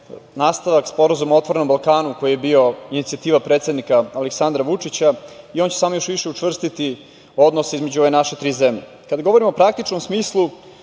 nastavak Sporazuma o "Otvorenom Balkanu" koji je bio inicijativa predsednika Aleksandra Vučića i on će samo još više učvrstiti odnose između ove naše tri zemlje. Kada govorimo o praktičnom smislu